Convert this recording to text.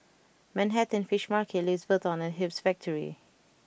Manhattan Fish Market Louis Vuitton and Hoops Factory